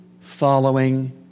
following